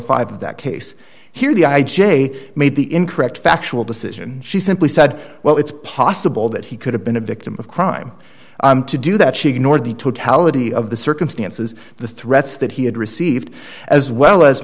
of that case here the i j a made the incorrect factual decision she simply said well it's possible that he could have been a victim of crime to do that she ignored the totality of the circumstances the threats that he had received as well as